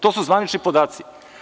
To su zvanični podaci.